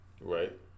Right